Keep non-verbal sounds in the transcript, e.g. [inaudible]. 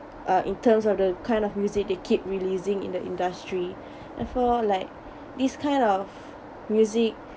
uh in terms of the kind of music they keep releasing in the industry [breath] therefore like this kind of music